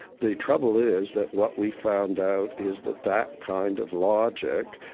the trouble is that what we found out is that that kind of logic,